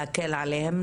להקל עליהם,